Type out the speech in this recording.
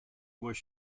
was